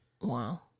Wow